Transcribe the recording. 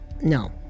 No